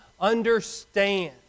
understand